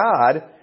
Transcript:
God